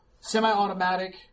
semi-automatic